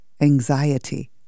anxiety